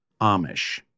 Amish